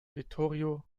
vittorio